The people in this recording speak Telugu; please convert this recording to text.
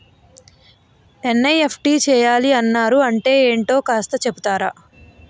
ఎన్.ఈ.ఎఫ్.టి చేయాలని అన్నారు అంటే ఏంటో కాస్త చెపుతారా?